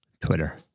Twitter